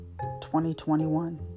2021